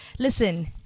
Listen